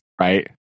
Right